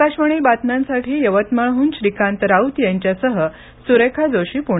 आकाशवाणी बातम्यांसाठी यवतमाळहून श्रीकांत राऊत यांच्यासह सुरेखा जोशी पुणे